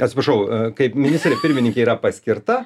atsiprašau kaip ministrė pirmininkė yra paskirta